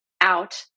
out